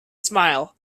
smile